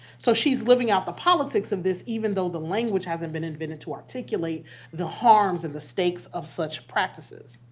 so she's living out the politics of this even though the language hasn't been invented to articulate the harms and the stakes of such practices.